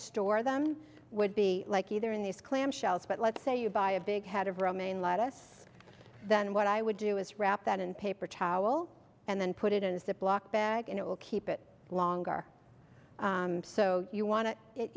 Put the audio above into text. store them would be like either in these clam shells but let's say you buy a big head of romaine lettuce than what i would do is wrap that in paper towel and then put it in as the black bag and it will keep it longer so you want